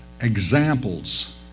examples